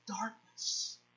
darkness